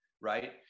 right